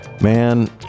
Man